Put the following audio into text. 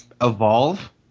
evolve